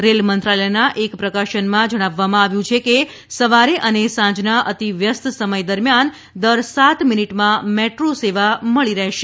rail મંત્રાલયના એક પ્રકાશનમાં જણાવવામાં આવ્યું છે કે સવારે અને સાંજના અતિ વ્યસ્ત સમય દરમિયાન દર સાત મિનિટમાં મેટ્રો સેવા મળી રહેશે